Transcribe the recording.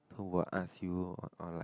who will ask you or like